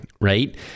Right